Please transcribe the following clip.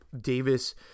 Davis